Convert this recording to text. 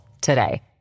today